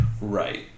Right